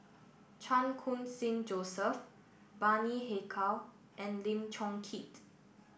Chan Khun Sing Joseph Bani Haykal and Lim Chong Keat